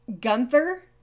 Gunther